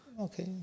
Okay